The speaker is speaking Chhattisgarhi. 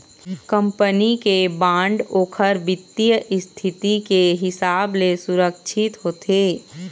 कंपनी के बांड ओखर बित्तीय इस्थिति के हिसाब ले सुरक्छित होथे